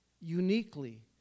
uniquely